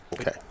Okay